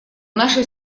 нашей